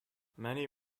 many